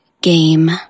game